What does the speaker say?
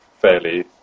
fairly